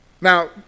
Now